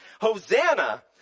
Hosanna